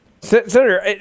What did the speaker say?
Senator